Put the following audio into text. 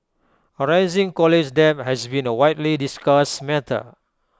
A rising college debt has been A widely discussed matter